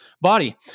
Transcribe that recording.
body